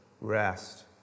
rest